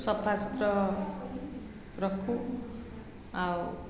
ସଫାସୁତର ରଖୁ ଆଉ